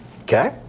Okay